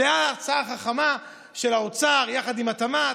זו הייתה הצעה חכמה של האוצר יחד עם התמ"ת.